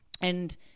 And-